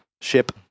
ship